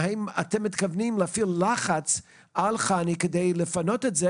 האם אתם מתכוונים להפעיל לחץ על חנ"י כדי לפנות את זה